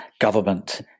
government